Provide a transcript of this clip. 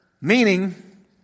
meaning